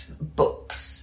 books